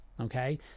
okay